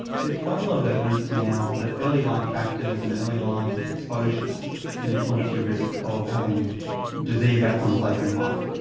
there's quite a lot of evidence now that early-life factors and early-life exposures can influence your risk of having disease outcomes later in life,